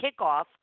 kickoff